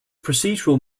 procedural